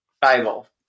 Bible